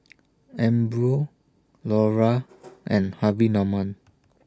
Umbro Lora and Harvey Norman